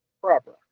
proper